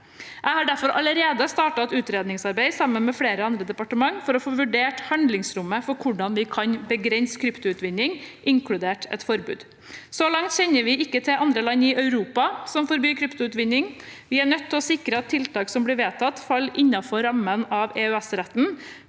Jeg har derfor allerede startet et utredningsarbeid sammen med flere andre departement for å få vurdert handlingsrommet for hvordan vi kan begrense krypto utvinning, inkludert et forbud. Så langt kjenner vi ikke til andre land i Europa som forbyr kryptoutvinning. Vi er nødt til å sikre at tiltak som blir vedtatt, faller innenfor rammen av EØS-retten,